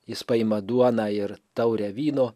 jis paima duoną ir taurę vyno